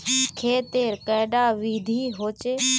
खेत तेर कैडा विधि होचे?